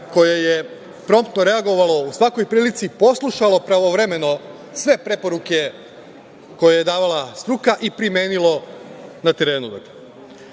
koje je promptno reagovalo u svakoj prilici, poslušalo pravovremeno sve preporuke koje je davala struka i primenilo na terenu.S